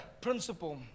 principle